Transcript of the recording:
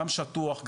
גם שטוח,